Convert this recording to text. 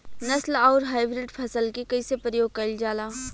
नस्ल आउर हाइब्रिड फसल के कइसे प्रयोग कइल जाला?